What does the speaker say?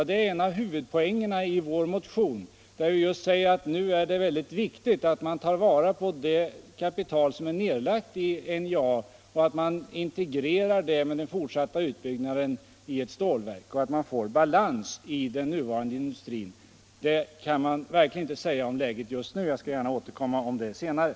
— Det är en av huvudpoängerna i vår motion, där vi just säger att det nu är mycket viktigt att man tar vara på det kapital som är nedlagt i NJA och att man integrerar det med den fortsatta utbyggnaden i ett stålverk, så att man får balans i den nuvarande industrin. Det kan man inte säga om läget just nu. Jag skall gärna återkomma till det senare.